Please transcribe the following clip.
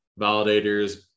validators